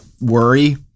worry